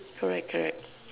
correct correct